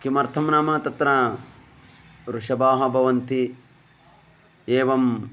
किमर्थं नाम तत्र ऋषभाः भवन्ति एवं